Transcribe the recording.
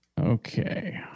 Okay